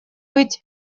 быть